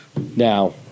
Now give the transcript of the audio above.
Now